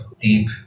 deep